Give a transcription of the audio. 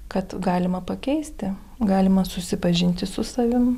kad galima pakeisti galima susipažinti su savim